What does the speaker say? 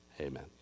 amen